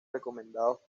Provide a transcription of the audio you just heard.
recomendados